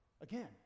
again